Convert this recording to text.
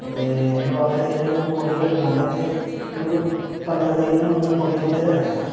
ते लफाफे दे जेह्ड़े मूंह् खोह्ल्लियै टकांदे न ते उं'आ पंदरां दिन मूंह् खोह्ल्लियै रखदे न